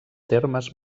termes